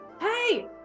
hey